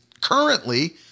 Currently